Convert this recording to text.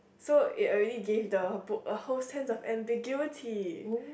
so it already gave the book a whole sense of ambiguity